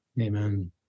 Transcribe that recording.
Amen